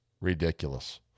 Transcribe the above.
ridiculous